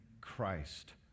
Christ